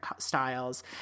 styles